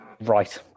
right